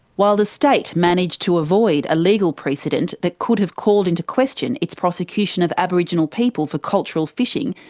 while the state managed to avoid a legal precedent that could have called into question its prosecution of aboriginal people for cultural fishing,